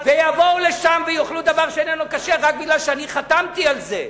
ויבואו לשם ויאכלו דבר שאיננו כשר רק מפני שאני חתמתי על זה,